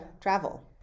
travel